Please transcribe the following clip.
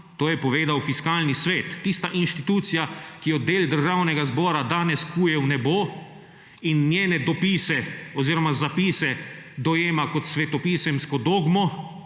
to je povedal Fiskalni svet, tista inštitucija, ki jo del Državnega zbora danes kuje v nebo in njene dopise oziroma zapise dojema kot svetopisemsko dogmo;